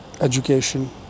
education